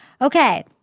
Okay